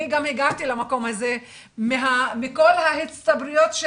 אני גם הגעתי למקום הזה מכל ההצטברויות של